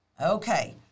Okay